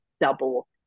double